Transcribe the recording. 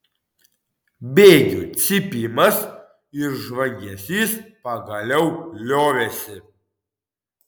bėgių cypimas ir žvangesys pagaliau liovėsi